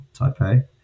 Taipei